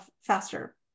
faster